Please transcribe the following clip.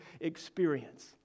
experience